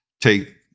take